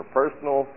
personal